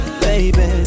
baby